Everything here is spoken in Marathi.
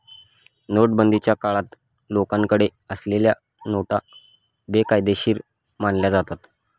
नोटाबंदीच्या काळात लोकांकडे असलेल्या नोटा बेकायदेशीर मानल्या जातात